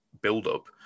build-up